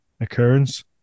Occurrence